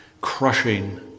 crushing